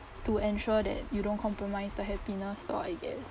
to ensure that you don't compromise the happiness lor I guess